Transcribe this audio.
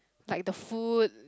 like the food